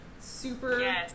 Super